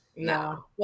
No